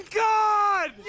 god